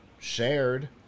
shared